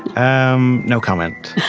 um, no comment.